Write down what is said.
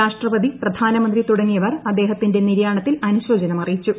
രാഷ്ട്രപതി പ്രധാനമന്ത്രി തുടങ്ങിയവർ അദ്ദേഹത്തിന്റെ നിര്യാണത്തിൽ അനുശോചനമറിയിച്ചു